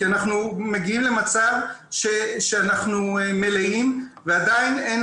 כי אנחנו מגיעים למצב שאנחנו מלאים ועדיין אין